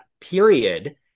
period